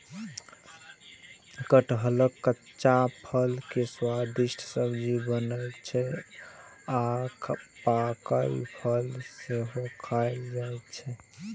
कटहलक कच्चा फल के स्वादिष्ट सब्जी बनै छै आ पाकल फल सेहो खायल जाइ छै